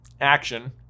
action